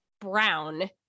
brown